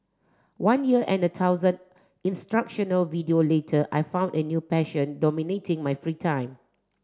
one year and a thousand instructional video later I found a new passion dominating my free time